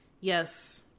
Yes